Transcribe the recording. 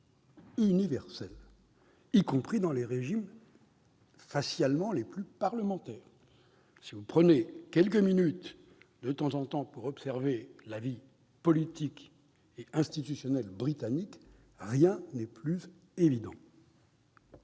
de loi, y compris dans les régimes facialement les plus parlementaires. Si vous prenez de temps en temps quelques minutes pour observer la vie politique et institutionnelle britannique, rien n'est plus évident.